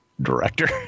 director